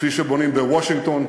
כפי שבונים בוושינגטון,